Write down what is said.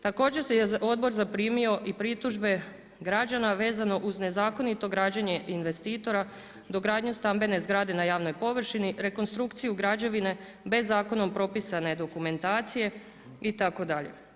Također je odbor zaprimio i pritužbe građana vezano uz nezakonito građenje investitora, dogradnju stambene zgrade na javnoj površini, rekonstrukciju građevine bez zakonom propisane dokumentacije itd.